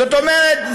זאת אומרת,